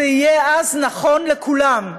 זה יהיה אז נכון לכולם.